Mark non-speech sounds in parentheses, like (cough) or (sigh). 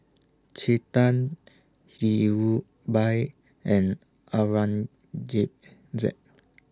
Chetan Dhirubhai and (unintelligible)